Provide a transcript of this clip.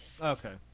Okay